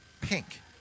pink